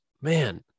man